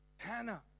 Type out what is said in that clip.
Hannah